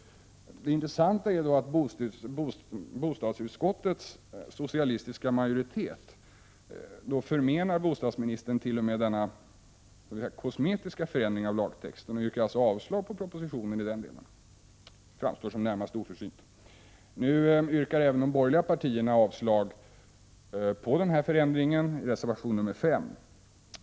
Det intressanta är att bostadsutskottets socialistiska majoritet förmenar bostadsministern t.o.m. denna kosmetiska förändring av lagtexten och avstyrker propositionen i den delen. Det framstår som närmast oförsynt. Även de borgerliga partierna avstyrker det förslaget — det sker i reservation nr 5.